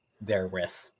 therewith